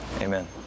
amen